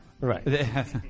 Right